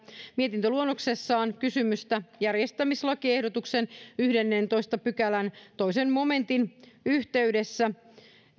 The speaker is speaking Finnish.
mietintöluonnoksessaan järjestämislakiehdotuksen yhdennentoista pykälän toisen momentin yhteydessä